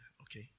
Okay